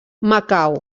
macau